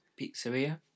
Pizzeria